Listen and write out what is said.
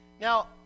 Now